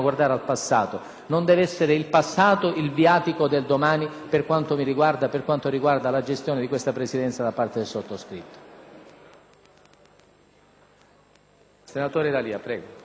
non sarà il passato il viatico del domani, almeno per quanto riguarda la gestione di questa Presidenza da parte del sottoscritto.